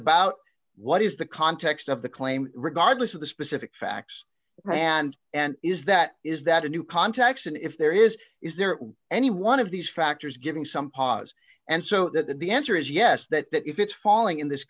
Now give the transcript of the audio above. about what is the context of the claim regardless of the specific facts and and is that is that a new contacts and if there is is there any one of these factors giving some pause and so that the answer is yes that that if it's falling in this